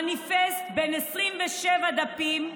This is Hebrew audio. מניפסט בן 27 דפים,